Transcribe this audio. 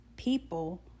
people